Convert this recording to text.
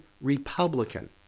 republican